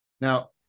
Now